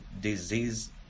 disease